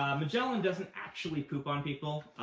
um magellan doesn't actually poop on people.